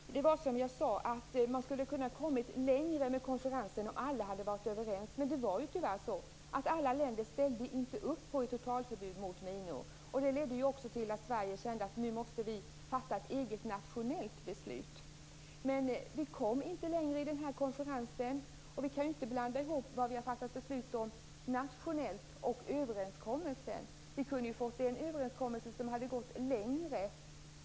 Fru talman! Det är som jag tidigare sade. Man skulle ha kunnat komma längre med konferensen om alla hade varit överens. Men tyvärr ställde inte alla länder upp ett totalförbud mot minor. Det ledde också till att vi i Sverige kände att vi nu måste fatta ett eget nationellt beslut. Vi kom inte längre i konferensen. Vi kan ju inte blanda ihop vad vi har fattat beslut om nationellt och överenskommelsen. Vi hade kunnat få en överenskommelse som gått längre.